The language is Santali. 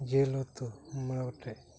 ᱡᱤᱞ ᱩᱛᱩ ᱢᱚᱲᱮ ᱜᱚᱴᱮᱱ